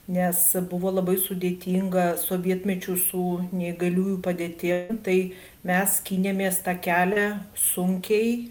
nes buvo labai sudėtinga sovietmečiu su neįgaliųjų padėties tai mes skynėmės tą kelią sunkiai